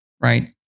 right